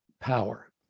power